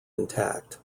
intact